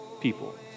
people